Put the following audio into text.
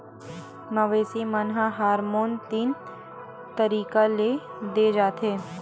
मवेसी मन ल हारमोन तीन तरीका ले दे जाथे